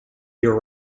year